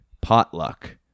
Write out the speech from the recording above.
potluck